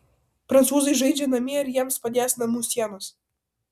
prancūzai žaidžia namie ir jiems padės namų sienos